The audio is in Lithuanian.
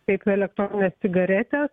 kaip elektroninės cigaretės